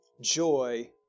joy